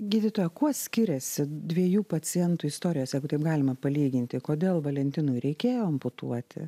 gydytoja kuo skiriasi dviejų pacientų istorijos jeigu taip galima palyginti kodėl valentinui reikėjo amputuoti